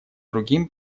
другим